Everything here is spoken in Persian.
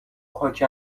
خاک